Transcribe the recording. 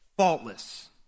faultless